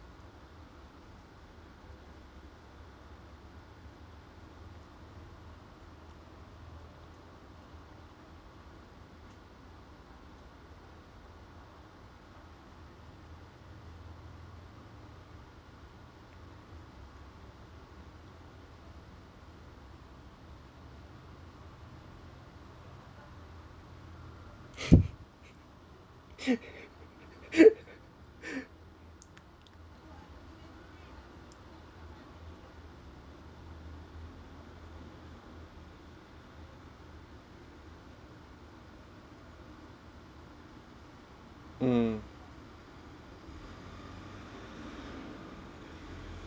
mm